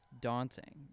daunting